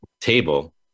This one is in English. table